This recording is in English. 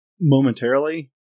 momentarily